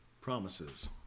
promises